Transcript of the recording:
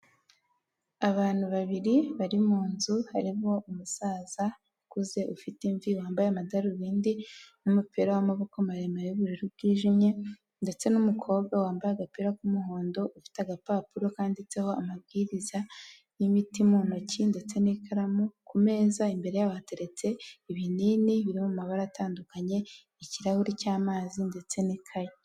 Abantu babiri bari mu nzu harimo umusaza ukuze ufite imvi wambaye amadarubindi n'umupira w'amaboko maremare y'ubururu bwijimye, ndetse n'umukobwa wambaye agapira k'umuhondo, ufite agapapuro kanditseho amabwiriza y'imiti mu ntoki ndetse n'ikaramu ku meza imbere yaho hateretse ibinini by'amabara atandukanye, ikirahuri cy'amazi ndetse n'ikayi.